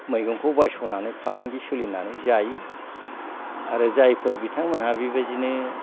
मैगंखौ बायस'नानै फालांगि सोलिनानै जायो आरो जायफोर बिथांमोनहा बेबादिनो